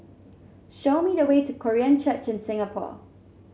show me the way to Korean Church in Singapore